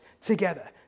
together